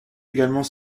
également